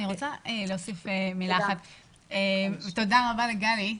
תודה רבה לגלי.